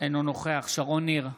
אינו נוכח שרון ניר,